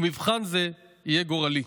ומבחן זה יהיה גורלי.